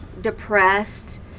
depressed